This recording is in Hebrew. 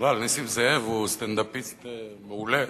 בכלל נסים זאב הוא סטנדאפיסט מעולה.